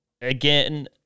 again